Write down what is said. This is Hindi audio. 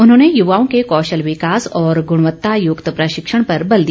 उन्होंने युवाओं के कौशल विकास और गुणवत्ता युक्त प्रशिक्षण पर बल दिया